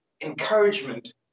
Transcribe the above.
encouragement